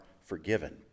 forgiven